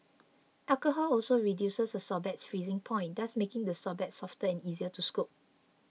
alcohol also reduces a sorbet's freezing point thus making the sorbet softer and easier to scoop